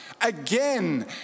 again